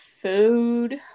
food